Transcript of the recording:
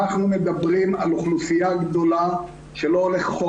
אנחנו מדברים על אוכלוסייה גדולה שלא הולכות